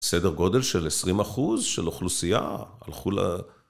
סדר גודל של 20 אחוז של אוכלוסייה, הלכו ל...